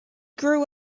grew